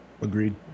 Agreed